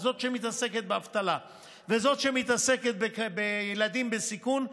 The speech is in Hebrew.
זאת שמתעסקת באבטלה וזאת שמתעסקת בילדים בסיכון,